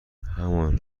همان